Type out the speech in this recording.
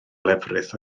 lefrith